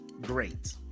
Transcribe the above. great